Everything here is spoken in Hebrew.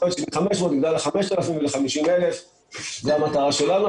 יכול להיות שמ-500 נגדל ל-5,000 ול-50,000 זאת המטרה שלנו.